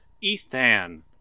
Ethan